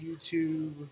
YouTube